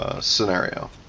scenario